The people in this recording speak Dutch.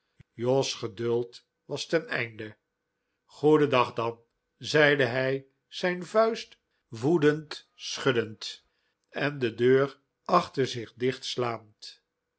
jos geduld was ten einde goeden dag dan zeide hij zijn vuist woedend schuddend en de deur achter zich